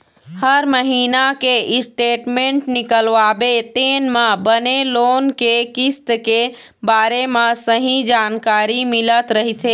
हर महिना के स्टेटमेंट निकलवाबे तेन म बने लोन के किस्त के बारे म सहीं जानकारी मिलत रहिथे